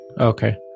Okay